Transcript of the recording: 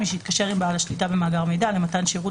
מי שהתקשר עם בעל שליטה במאגר מידע למתן שירות